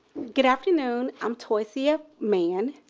good afternoon. i'm toysia mann.